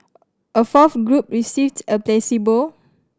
a fourth group received a placebo